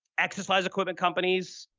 exercise equipment companies.